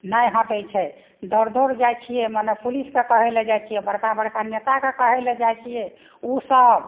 नहि हटै छै दौड़ दौड़ जाइ छियै मने पुलिसके कहै लए जाइ छियै बड़का बड़का नेताके कहै लए जाइ छियै ओ सब